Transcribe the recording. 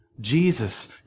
Jesus